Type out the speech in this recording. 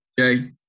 Okay